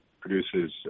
produces